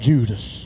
Judas